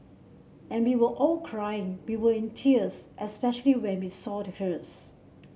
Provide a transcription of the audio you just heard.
and we were all crying we were in tears especially when we saw the hearse